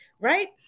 right